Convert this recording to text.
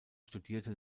studierte